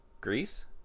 greece